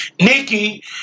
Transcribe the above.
Nikki